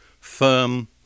firm